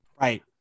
Right